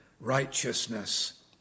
righteousness